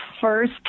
First